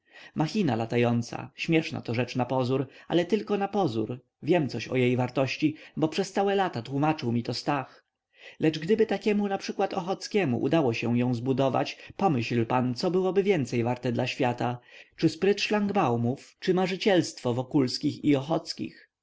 machina latająca śmieszna to rzecz napozór ale tylko napozór wiem cos o jej wartości bo przez całe lata tłómaczył mi to stach lecz gdyby takiemu naprzykład ochockiemu udało się ją zbudować pomyśl pan co byłoby więcej warte dla świata czy spryt szlangbaumów czy marzycielstwo wokulskich i ochockich